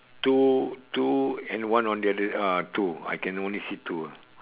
two two and one on the other uh two I can only see two ah